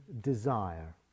desire